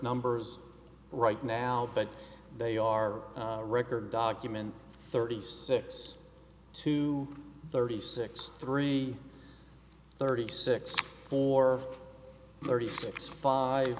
numbers right now but they are record documents thirty six to thirty six three thirty six four thirty six five